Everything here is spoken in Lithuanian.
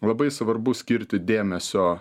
labai svarbu skirti dėmesio